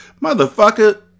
Motherfucker